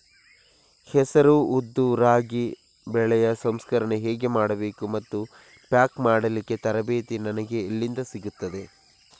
ಹೆಸರು, ಉದ್ದು, ರಾಗಿ ಬೆಳೆಯ ಸಂಸ್ಕರಣೆ ಹೇಗೆ ಮಾಡಬೇಕು ಮತ್ತು ಪ್ಯಾಕ್ ಮಾಡಲಿಕ್ಕೆ ತರಬೇತಿ ನನಗೆ ಎಲ್ಲಿಂದ ಸಿಗುತ್ತದೆ?